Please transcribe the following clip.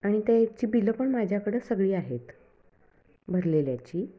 आणि त्याची बिलं पण माझ्याकडं सगळी आहेत भरलेल्याची